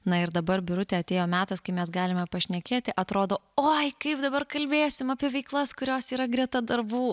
na ir dabar birute atėjo metas kai mes galime pašnekėti atrodo oi kaip dabar kalbėsim apie veiklas kurios yra greta darbų